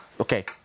Okay